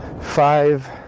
five